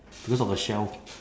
because of the shell